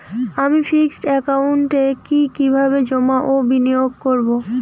আমি ফিক্সড একাউন্টে কি কিভাবে জমা ও বিনিয়োগ করব?